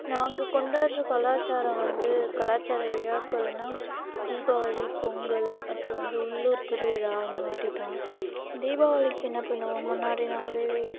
நாங்கள் கொண்டாடுகிற கலாச்சாரம் வந்து கலாச்சார விழாக்கள்னால் தீபாவளி பொங்கல் அப்புறம் வந்து உள்ளூர் திருவிழா இந்த மாதிரிதான் தீபாவளிக்கு என்ன பண்ணுவோம் முன்னாடி நாள்ளேவே